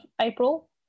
April